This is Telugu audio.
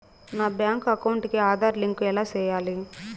నా బ్యాంకు అకౌంట్ కి ఆధార్ లింకు ఎలా సేయాలి